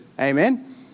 Amen